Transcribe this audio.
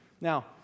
Now